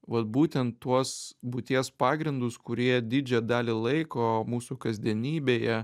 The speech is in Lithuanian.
vat būtent tuos būties pagrindus kurie didžią dalį laiko mūsų kasdienybėje